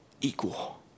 equal